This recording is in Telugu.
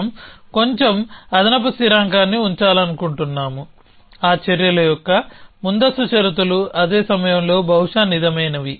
మనం కొంచెం అదనపు స్థిరాంకాన్ని ఉంచాలనుకుంటున్నాము ఆ చర్యల యొక్క ముందస్తు షరతులు అదే సమయంలో బహుశా నిజమైనవి